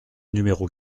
numéro